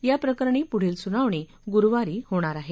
या प्रकरणी पुढची सुनावणी गुरुवारी होणार आहे